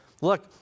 look